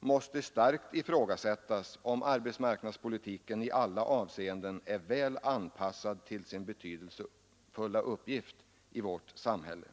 måste starkt ifrågasättas om arbetsmarknadspolitiken i alla avseenden är väl anpassad till sin betydelsefulla uppgift i vårt samhälle.